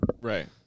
Right